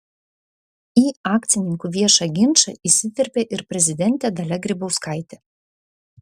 į akcininkų viešą ginčą įsiterpė ir prezidentė dalia grybauskaitė